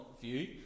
view